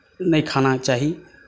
नहि खाना चाही